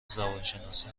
زبانشناسی